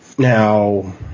Now